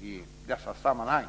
i dessa sammanhang.